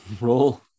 Roll